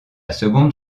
seconde